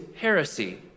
heresy